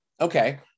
Okay